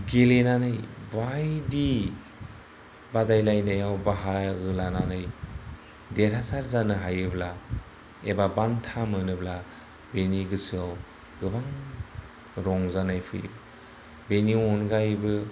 गेलेनानै बायदि बादायलायनायाव बाहागो लानानै देरहासार जानोहायोब्ला एबा बान्था मोनोब्ला बेनि गोसोआव गोबां रंजानाय फैयो बेनि अनगायैबो